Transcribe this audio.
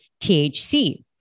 THC